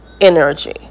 energy